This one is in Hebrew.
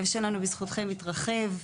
הלב שלנו בזכותכם מתרחב.